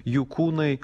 jų kūnai